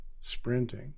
sprinting